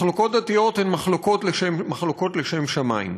מחלוקות דתיות הן מחלוקות לשם שמים.